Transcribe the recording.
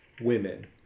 women